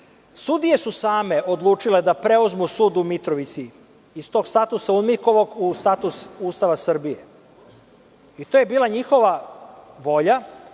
Sudije su same odlučile da preuzmu sud u Mitrovici iz tog statusa UNMIK u status Ustava Srbije. To je bila njihova volja